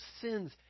sins